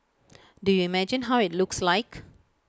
do you imagine how IT looks like